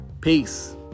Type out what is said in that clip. Peace